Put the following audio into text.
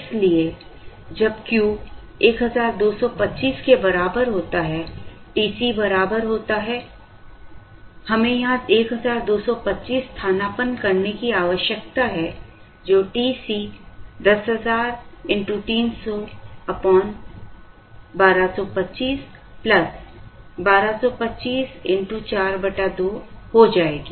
इसलिए जब Q 1225 के बराबर होता है TC बराबर होता है हमें यहां 1225 स्थानापन्न करने की आवश्यकता है तो TC 10000X3001225 1225 x 42हो जाएगी